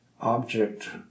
object